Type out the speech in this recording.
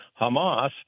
hamas